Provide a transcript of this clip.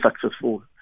successful